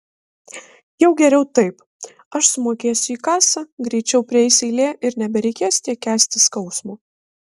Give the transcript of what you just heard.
jau geriau taip aš sumokėsiu į kasą greičiau prieis eilė ir nebereikės tiek kęsti skausmo